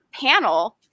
panel